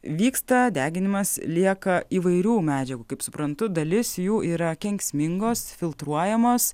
vyksta deginimas lieka įvairių medžiagų kaip suprantu dalis jų yra kenksmingos filtruojamos